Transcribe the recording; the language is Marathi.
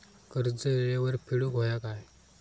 कर्ज येळेवर फेडूक होया काय?